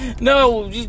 No